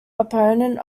opponent